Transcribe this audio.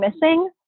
missing